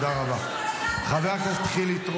כמה לפנק, לפנק, לפנק, לפנק את הלוחמים.